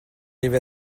arrivé